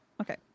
Okay